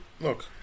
look